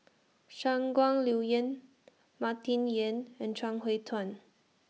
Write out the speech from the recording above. Shangguan Liuyun Martin Yan and Chuang Hui Tsuan